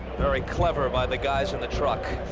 very clever by the guys in the truck.